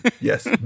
Yes